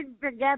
forget